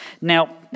Now